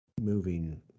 moving